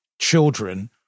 children